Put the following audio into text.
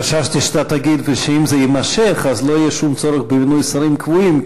חששתי שאתה תגיד שאם זה יימשך אז לא יהיה שום צורך במינוי שרים קבועים,